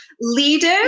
leaders